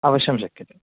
अवश्यं शक्यते